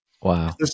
Wow